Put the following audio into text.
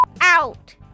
Out